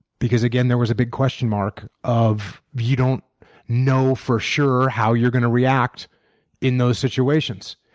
because again, there was a big question mark of you don't know for sure how you're going to react in those situations.